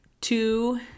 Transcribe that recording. two